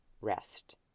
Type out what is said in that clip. rest